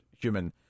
human